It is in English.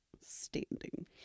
standing